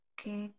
Okay